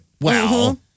Wow